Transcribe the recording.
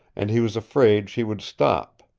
and he was afraid she would stop.